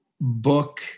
book